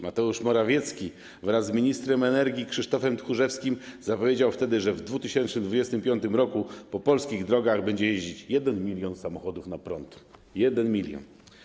Mateusz Morawiecki wraz z ministrem energii Krzysztofem Tchórzewskim zapowiedzieli wtedy, że w 2025 r. po polskich drogach będzie jeździć 1 mln samochodów na prąd, 1 mln.